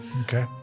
Okay